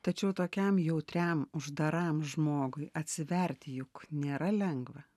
tačiau tokiam jautriam uždaram žmogui atsiverti juk nėra lengva